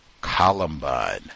Columbine